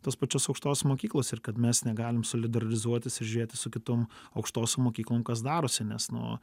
tos pačios aukštos mokyklos ir kad mes negalim solideralizuotis ir žiūrėti su kitom aukštosiom mokyklom kas darosi nes nu